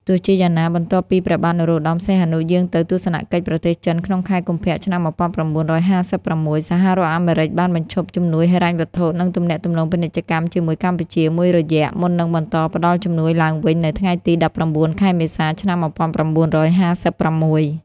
ទោះជាយ៉ាងណា បន្ទាប់ពីព្រះបាទនរោត្តម សីហនុយាងទៅទស្សនកិច្ចប្រទេសចិនក្នុងខែកុម្ភៈ ឆ្នាំ១៩៥៦ សហរដ្ឋអាមេរិកបានបញ្ឈប់ជំនួយហិរញ្ញវត្ថុ និងទំនាក់ទំនងពាណិជ្ជកម្មជាមួយកម្ពុជាមួយរយៈ មុននឹងបន្តផ្តល់ជំនួយឡើងវិញនៅថ្ងៃទី ១៩ ខែមេសា ឆ្នាំ១៩៥៦។